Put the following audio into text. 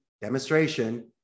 demonstration